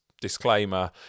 disclaimer